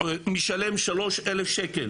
משלם 3,000 שקלים